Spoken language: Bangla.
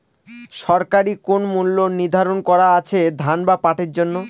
সরকারি কোন মূল্য নিধারন করা আছে ধান বা পাটের জন্য?